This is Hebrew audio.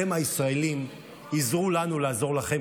אתם, הישראלים, עזרו לנו לעזור לכם.